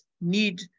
need